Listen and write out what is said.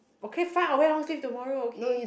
okay fine I wear long sleeve tomorrow okay